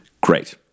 Great